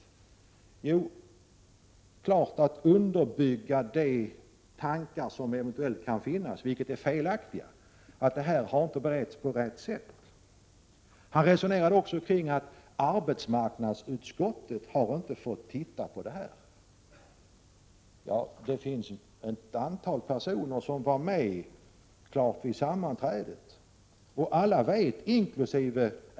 Jo, det är naturligtvis att underbygga de tankar som eventuellt kan finnas — och som i så fall är felaktiga — att ärendet inte har beretts på rätt sätt. Erling Bager har också resonerat kring att arbetsmarknadsutskottet inte har fått titta på det här ärendet. Det finns ett antal personer som har varit med i utskottet. De vet alla, inkl.